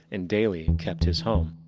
and daly and kept his home.